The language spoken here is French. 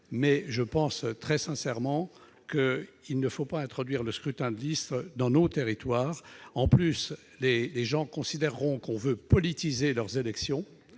je pense très sincèrement qu'il ne faut pas introduire le scrutin de liste dans nos territoires. En outre, les gens considéreront qu'on veut politiser leurs élections.